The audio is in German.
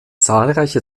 zahlreiche